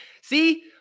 See